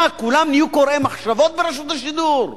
מה, כולם נהיו קוראי מחשבות ברשות השידור?